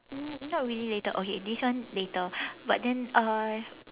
not really later okay this one later but then uh